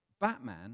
Batman